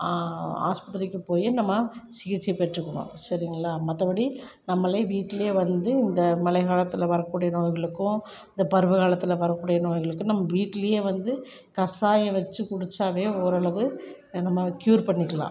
ஆஸ்பத்திரிக்கு போய் நம்ம சிகிச்சை பெற்றுக்கணும் சரிங்களா மற்றபடி நம்மளே வீட்லேயே வந்து இந்த மழை காலத்தில் வரக்கூடிய நோய்களுக்கும் இந்த பருவக்காலத்தில் வரக்கூடிய நோய்களுக்கும் நம்ம வீட்லேயே வந்து கசாயம் வச்சு குடிச்சா ஓரளவு நம்ம கியூர் பண்ணிக்கலாம்